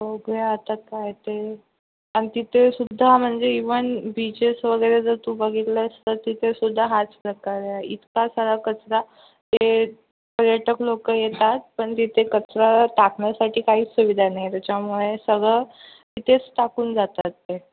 बघूया आता काय ते आणि तिथे सुद्धा म्हणजे इवन बीचेस वगैरे जर तू बघितलंस तर तिथे सुद्धा हाच प्रकार आहे इतका सारा कचरा ते पर्यटक लोकं येतात पण तिथे कचरा टाकण्यासाठी काहीच सुविधा नाही त्याच्यामुळे सगळं तिथेच टाकून जातात ते